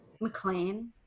McLean